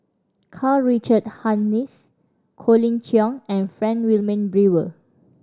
Karl Richard Hanitsch Colin Cheong and Frank Wilmin Brewer